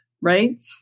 right